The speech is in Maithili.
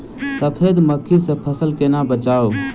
सफेद मक्खी सँ फसल केना बचाऊ?